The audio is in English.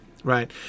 Right